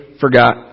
forgot